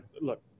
look